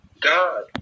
God